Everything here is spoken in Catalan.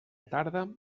tarda